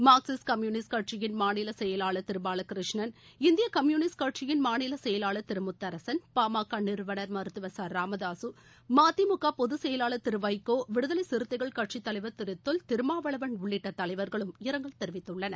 Marxist communist கட்சியின் மாநில செயலாளர் கம்யூனிஸ்ட் பாலகிருஷ்ணன் இந்திய செயலாளர் திரு திரு முத்தரகன் பாமக நிறுவனா் மருத்துவர் ச ராமதாக மதிமுக பொதுச்செயலாளர் திரு வைகோ விடுதலை சிறுத்தைகள் கட்சித் தலைவர் திரு தொல் திருமாவளவள் உள்ளிட்ட தலைவர்களும் இரங்கல் தெரிவித்துள்ளனர்